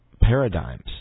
paradigms